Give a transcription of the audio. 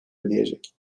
ödeyecek